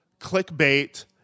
clickbait